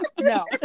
no